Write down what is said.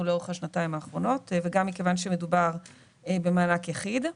לאורך השנתיים האחרונות וגם מכיוון שמדובר במענק יחיד.